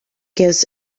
gives